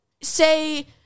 say